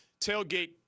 tailgate